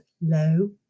Low